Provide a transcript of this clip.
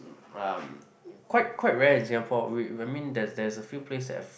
um quite quite rare in Singapore I mean there there's a few place that have